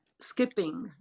skipping